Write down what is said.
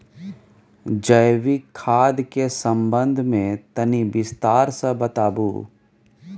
जैविक खाद के संबंध मे तनि विस्तार स बताबू?